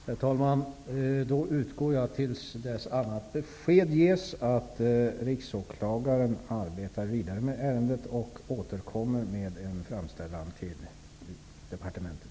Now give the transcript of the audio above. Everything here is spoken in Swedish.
Herr talman! Då utgår jag till dess annat besked ges ifrån att Riksåklagaren arbetar vidare med ärendet och återkommer med en framställan till departementet.